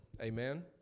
Amen